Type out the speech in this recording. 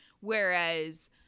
Whereas